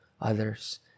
others